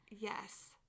Yes